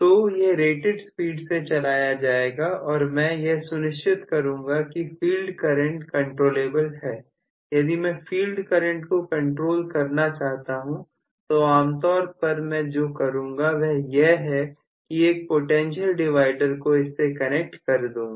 तो यह rated speed से चलाया जाएगा और मैं यह सुनिश्चित करूंगा कि फील्ड करंट कंट्रोलेबल है यदि मैं फील्ड करंट को कंट्रोल करना चाहता हूं तो आमतौर पर मैं जो करूंगा वह यह है कि एक पोटेंशियल डिवाइडर को इससे कनेक्ट कर दूंगा